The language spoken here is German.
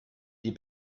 die